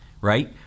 right